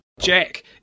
jack